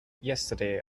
yesterday